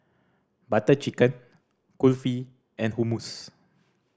Butter Chicken Kulfi and Hummus